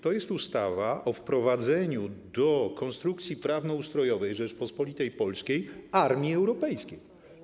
To jest ustawa o wprowadzeniu do konstrukcji prawno-ustrojowej Rzeczypospolitej Polskiej armii europejskiej.